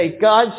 God